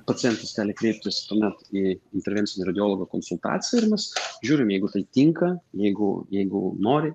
pacientas gali kreiptis tuomet į intervencinio radiologo konsultaciją ir mes žiūrim jeigu tai tinka jeigu jeigu nori